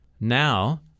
now